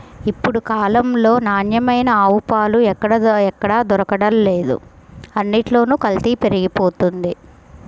ఇప్పుడు కాలంలో నాణ్యమైన ఆవు పాలు ఎక్కడ దొరకడమే లేదు, అన్నిట్లోనూ కల్తీ పెరిగిపోతంది